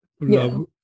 love